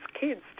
kids